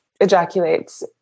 ejaculates